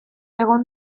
egon